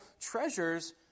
treasures